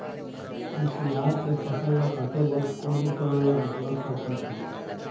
कुसियार के फसल ला काटे बर कोन उपकरण ला अपना सकथन?